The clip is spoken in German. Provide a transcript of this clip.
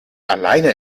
alleine